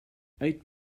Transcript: eight